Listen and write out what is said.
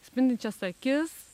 spindinčias akis